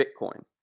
Bitcoin